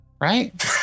Right